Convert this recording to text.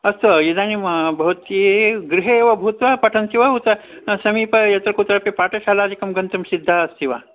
अस्तु इदानीं भवती गृहे एव भूत्वा पठन्ति वा उत समीपे यत्र कुत्रापि पाठशालादिकं गन्तुं सिद्धा अस्ति वा